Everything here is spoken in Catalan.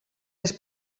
més